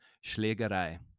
Schlägerei